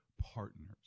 partners